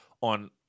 on